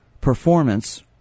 Performance